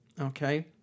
Okay